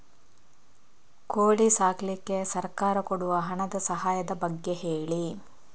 ಕೋಳಿ ಸಾಕ್ಲಿಕ್ಕೆ ಸರ್ಕಾರ ಕೊಡುವ ಹಣದ ಸಹಾಯದ ಬಗ್ಗೆ ಹೇಳಿ